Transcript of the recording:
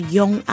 young